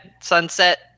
sunset